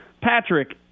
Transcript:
Patrick